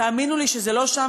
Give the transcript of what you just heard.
תאמינו לי שזה לא שם.